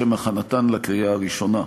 לשם הכנתן לקריאה ראשונה,